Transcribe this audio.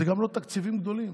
זה גם לא תקציבים גדולים,